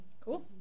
cool